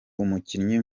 umukinnyi